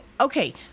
okay